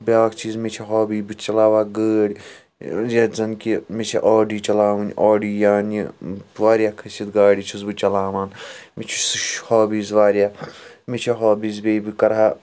بِیٛاکھ چیٖز مےٚ چھِ ہابِی بہٕ چَلاوٕ ہا گٲڑۍ یَتھ زَن کہِ مےٚ چھِ آڈِی چَلاوٕنۍ آڈِی یعنۍ واریاہ کھٔسِتھ گاڑِ چھُس بہٕ چھلاوان مےٚ چھِ سُہ چھِ ہابِیٖز واریاہ مےٚ چِھ ہابِیٖز بیٚیہِ بہٕ کَرٕ ہا